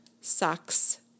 socks